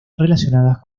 relacionadas